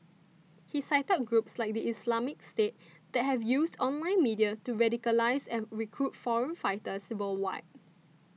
he cited groups like the Islamic State that have used online media to radicalise and recruit foreign fighters worldwide